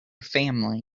family